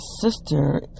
sister